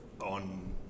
on